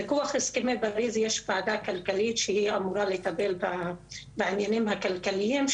לדו"ח הסכמי פריז יש ועדה כלכלית שהיא אמורה לטפל בעניינים הכלכליים.